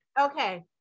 Okay